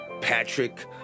Patrick